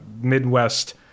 Midwest